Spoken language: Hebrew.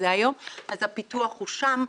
במרכזי היום, אז הפיתוח הוא שם.